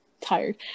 tired